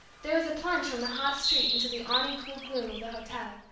there was a plunge from the hot street into the awning cool gloom of the hotel,